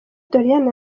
doriane